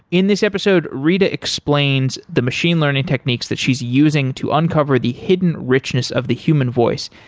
in this episode, rita explains the machine learning techniques that she's using to uncover the hidden richness of the human voice.